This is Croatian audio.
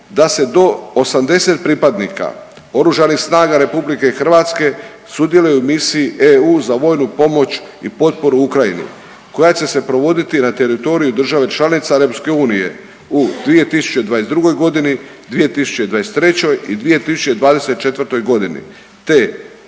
da se do 80 pripadnika Oružanih snaga RH sudjeluje u misiji EU za vojnu pomoć i potporu Ukrajini koja će se provoditi na teritoriju države članica EU u 2022. godini, 2023. i 2024. godini te